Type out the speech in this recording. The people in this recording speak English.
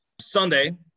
Sunday